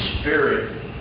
spirit